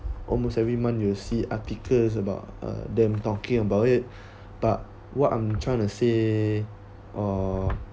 almost every month you will see articles about uh them talking about it but what I'm trying to say uh